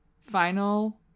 final